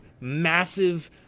massive